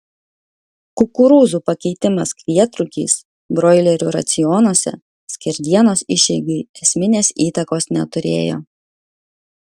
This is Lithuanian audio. kukurūzų pakeitimas kvietrugiais broilerių racionuose skerdienos išeigai esminės įtakos neturėjo